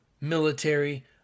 military